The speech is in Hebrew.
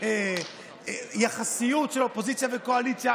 על יחסיות של אופוזיציה וקואליציה.